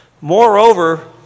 moreover